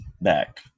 back